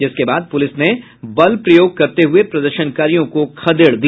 जिसके बाद पूलिस ने बल प्रयोग करते हुये प्रदर्शनकारियों को खदेड़ दिया